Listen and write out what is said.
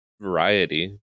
variety